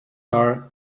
are